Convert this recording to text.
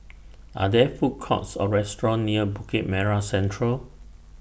Are There Food Courts Or restaurants near Bukit Merah Central